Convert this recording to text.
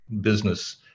business